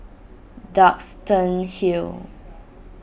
Duxton Hill